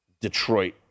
Detroit